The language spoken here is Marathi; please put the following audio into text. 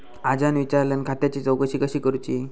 आज्यान विचारल्यान खात्याची चौकशी कशी करुची?